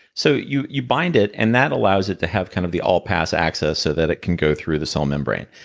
so you you bind it, and that allows it to have kind of the all-pass access, so that it can go through the cell membrane.